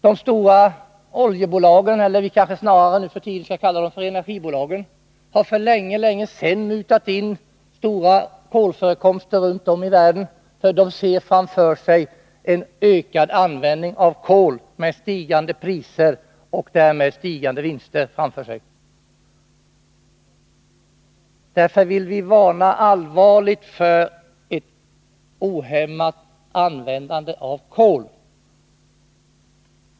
De stora oljebolagen — eller vi kanske nu för tiden snarare skall kalla dem energibolag — har för länge sedan mutat in stora kolförekomster runt om i världen; de ser framför sig en ökad användning av kol med stigande priser och därmed stigande vinster. Därför vill vi allvarligt varna för ett ohämmat användande av kol.